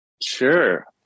Sure